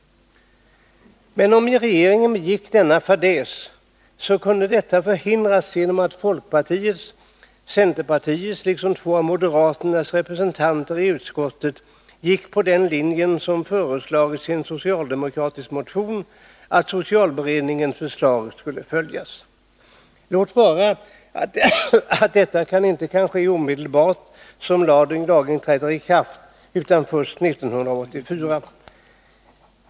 Men om regeringen begick denna fadäs, så kunde detta förhindras genom att folkpartiets och centerpartiets liksom två av moderaternas representanter i utskottet gick på den linje som förordats i en socialdemokratisk motion, att socialberedningens förslag skulle följas. Låt vara att detta inte kan ske omedelbart när lagen träder i kraft, utan först 1984.